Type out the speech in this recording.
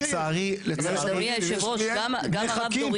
אדוני יושב הראש, גם הרב דוריות.